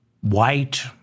white